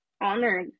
honored